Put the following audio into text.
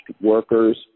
workers